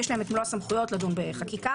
יש להן מלוא הסמכויות לדון בחקיקה,